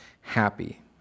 happy